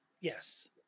Yes